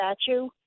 statue